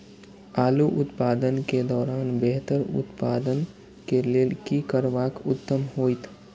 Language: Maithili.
आलू उत्पादन के दौरान बेहतर उत्पादन के लेल की करबाक उत्तम होयत?